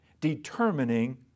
determining